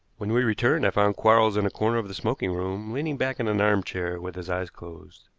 when we returned i found quarles in a corner of the smoking room leaning back in an armchair with his eyes closed.